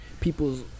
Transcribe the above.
people's